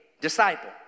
disciple